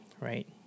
right